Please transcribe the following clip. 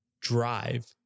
drive